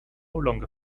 longer